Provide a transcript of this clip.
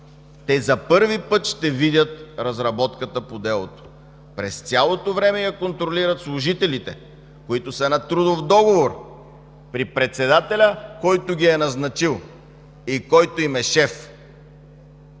те за първи път ще видят разработката по делото. През цялото време я контролират служителите, които са на трудов договор при председателя, който ги е назначил и който им е шеф.